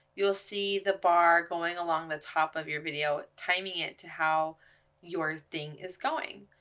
you'll see the bar going along the top of your video, timing it to how your thing is going.